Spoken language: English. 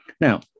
Now